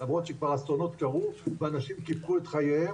למרות שכבר אסונות קרו ואנשים קיפחו את חייהם.